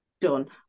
done